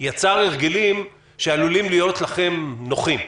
יצר הרגלים שעלולים להיות לכם נוחים.